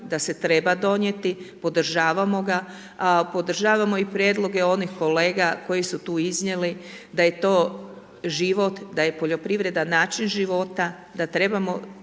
da se treba donijeti, podržavamo ga, podržavamo i prijedloge onih kolega koji su tu iznjeli da je to život, da je poljoprivreda način života, da trebamo